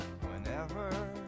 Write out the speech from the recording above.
Whenever